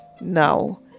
now